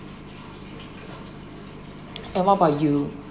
uh what about you